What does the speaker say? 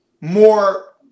more